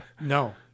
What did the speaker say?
No